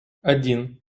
один